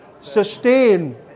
sustain